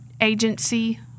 agency